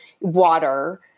water